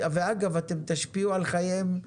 ואגב, תשפיעו על חייהם.